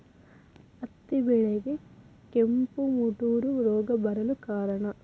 ಹತ್ತಿ ಬೆಳೆಗೆ ಕೆಂಪು ಮುಟೂರು ರೋಗ ಬರಲು ಕಾರಣ?